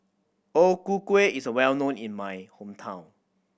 O Ku Kueh is well known in my hometown